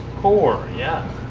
four? yeah.